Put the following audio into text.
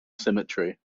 symmetry